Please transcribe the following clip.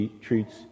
treats